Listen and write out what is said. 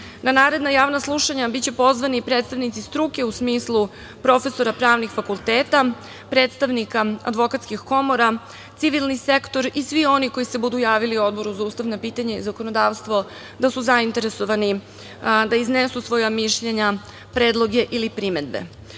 Na narednom javnom slušanju biće pozvani predstavnici struke u smislu profesora pravnih fakulteta, predstavnika advokatskih komora, civilni sektor i svi oni koji se budu javili Odboru za ustavna pitanja i zakonodavstvo da su zainteresovani da iznesu svoja mišljenja, predloge ili primedbe. Postupak